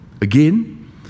Again